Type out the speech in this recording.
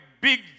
big